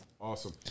Awesome